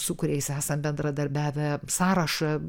su kuriais esam bendradarbiavę sąrašą